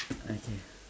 okay